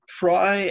try